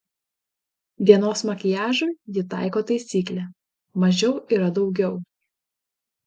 dienos makiažui ji taiko taisyklę mažiau yra daugiau